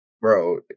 bro